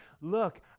look